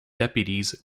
deputies